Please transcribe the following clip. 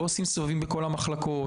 לא עושים סבבים בכל המחלקות,